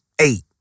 eight